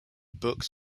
booked